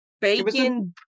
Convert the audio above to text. bacon